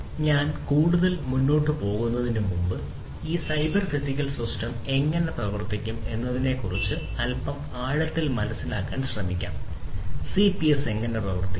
ഞാൻ കൂടുതൽ മുന്നോട്ട് പോകുന്നതിനുമുമ്പ് ഈ സൈബർ ഫിസിക്കൽ സിസ്റ്റം CPS എങ്ങനെ പ്രവർത്തിക്കും എന്നതിനെക്കുറിച്ച് അൽപ്പം ആഴത്തിൽ മനസ്സിലാക്കാൻ നമുക്ക് ശ്രമിക്കാം CPS എങ്ങനെ പ്രവർത്തിക്കും